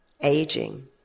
aging